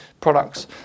products